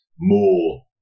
more